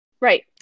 Right